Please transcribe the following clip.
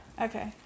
Okay